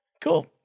Cool